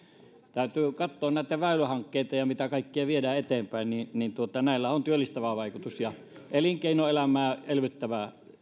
täytyy katsoa näitä väylähankkeita ja sitä mitä kaikkea viedään eteenpäin näillä on työllistävä vaikutus ja elinkeinoelämää elvyttävä